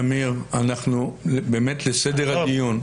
אמיר, באמת, לסדר הדיון.